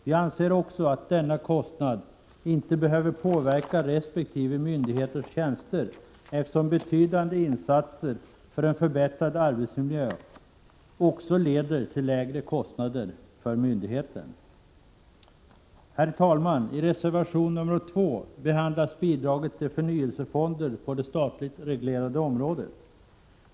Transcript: Vidare anser vi att denna kostnad inte behöver påverka resp. myndigheters tjänster, eftersom betydande insatser för en förbättring avarbetsmiljön också leder till lägre kostnader för myndigheten. Herr talman! I reservation 2 behandlas frågan om bidraget till förnyelsefonder på det statligt reglerade området.